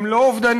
הם לא אובדניים,